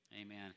amen